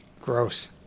Gross